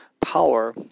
power